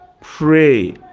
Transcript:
Pray